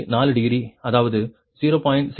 4 degree அதாவது 0